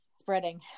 spreading